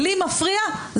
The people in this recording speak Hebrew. מפריע פה זה